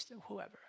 whoever